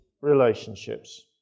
relationships